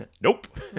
Nope